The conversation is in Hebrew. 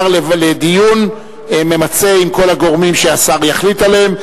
לדיון ממצה עם כל הגורמים שהשר יחליט עליהם,